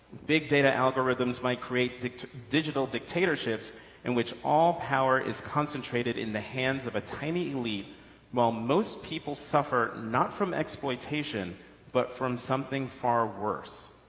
big data algorithms might create digital dictatorships in which all power is concentrated in the hands of a tiny elite while most people suffer not from exploitation but from something far worse,